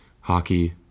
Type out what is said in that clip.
hockey